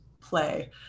play